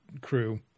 crew